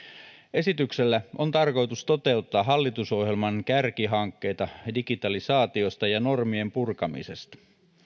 esityksellä on tarkoitus toteuttaa hallitusohjelman kärkihankkeita digitalisaatiosta ja normien purkamisesta